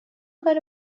کار